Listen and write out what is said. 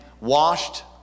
washed